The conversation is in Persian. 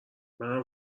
منم